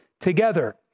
together